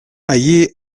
allí